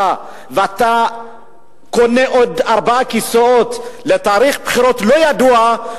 ואתה קונה עוד ארבעה כיסאות לתאריך בחירות לא ידוע,